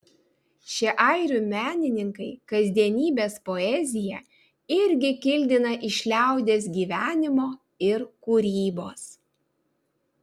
šie airių menininkai kasdienybės poeziją irgi kildina iš liaudies gyvenimo ir kūrybos